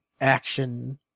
action